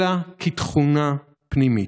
אלא כתכונה פנימית.